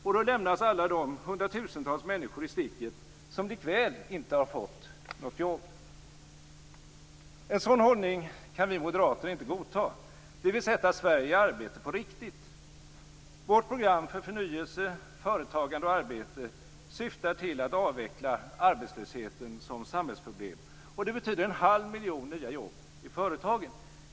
Och då lämnas alla de hundratusentals människor i sticket som likväl inte har fått något jobb. En sådan hållning kan vi moderater inte godta. Vi vill sätta Sverige i arbete på riktigt. Vårt program för förnyelse, företagande och arbete syftar till att avveckla arbetslösheten som samhällsproblem. Det betyder en halv miljon nya jobb i företagen.